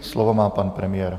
Slovo má pan premiér.